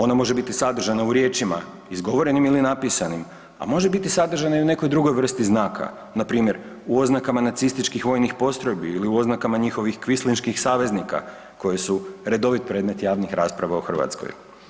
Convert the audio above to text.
Ona može biti sadržana u riječima izgovorenim ili napisanim, a može biti sadržana i u nekoj drugoj vrsti znaka, na primjer u oznakama nacističkih vojnih postrojbi ili u oznakama njihovih kvislinških saveznika koje su redovit predmet javnih rasprava u Hrvatskoj.